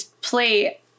play